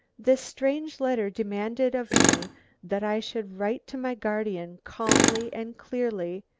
this strange letter demanded of me that i should write to my guardian, calmly and clearly,